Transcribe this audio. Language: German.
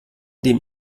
dem